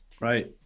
Right